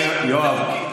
זה חוקי.